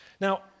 Now